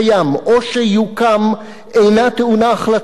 אינה טעונה החלטת ממשלה או של אחד משריה";